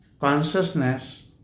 consciousness